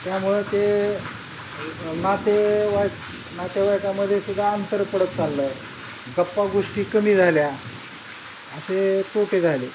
त्यामुळे ते नातेवाईक नातेवाईकामध्ये सुद्धा अंतर पडत चाललं आहे गप्पागोष्टी कमी झाल्या असे तोटे झाले